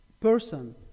person